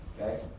Okay